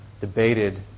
debated